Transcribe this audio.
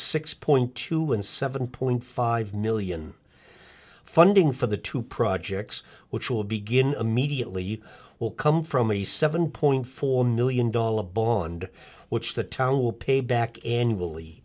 six point two and seven point five million funding for the two projects which will begin immediately will come from the seven point four million dollars bond which the town will pay back annually